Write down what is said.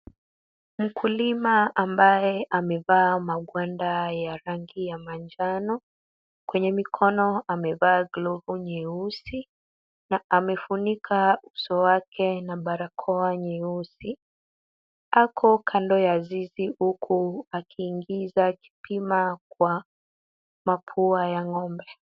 Mkulima ambaye amevaa magwanda ya rangi ya manjano. Kwenye mikono amevaa glavu nyeusi na amefunika uso wake na barakoa nyeusi. Ako kando ya zizi huku akiingiza kipima kwa mapua ya ng'ombe.